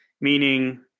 meaning